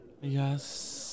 Yes